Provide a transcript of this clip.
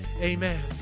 amen